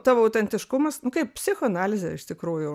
tavo autentiškumas kaip psichoanalizė iš tikrųjų